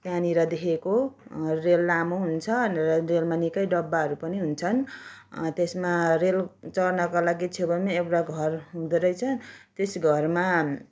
त्यहाँनिर देखेको रेल लामो हुन्छ अनि रेलमा निकै डब्बाहरू पनि हुन्छन् त्यसमा रेल चढ्नको लागि छेवैमा एउटा घर हुँदोरहेछ त्यस घरमा